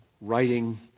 writing